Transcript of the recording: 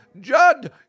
Judd